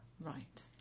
Right